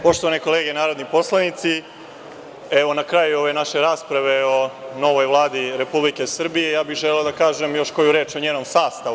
Poštovane kolege narodni poslanici, evo na kraju ove naše rasprave o novoj Vladi Republike Srbije, ja bih želeo da kažem još koju reč o njenom sastavu.